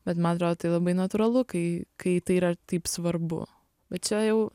bet man atrodo tai labai natūralu kai kai tai yra taip svarbu va čia jau